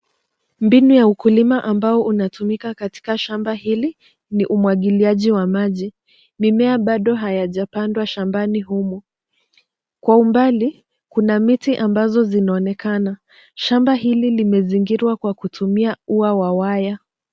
Mbinu ya ukulima ambao unatumika katika shamba hili ni umwagiliaji wa maji. Mimea bado hayajapandwa shambani humu. Kwa umbali kuna miti ambazo zinaonekana. Shamba hili limezingiriwa kwa kutumia ua wa waya.